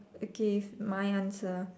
okay my answer ah